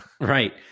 Right